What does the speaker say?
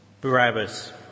Barabbas